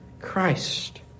Christ